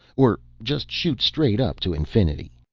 or just shoot straight up to infinity?